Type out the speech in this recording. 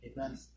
Amen